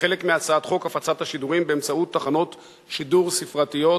חלק מהצעת חוק הפצת השידורים באמצעות תחנות שידור ספרתיות,